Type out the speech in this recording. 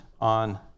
on